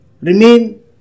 remain